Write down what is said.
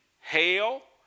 hell